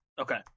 Okay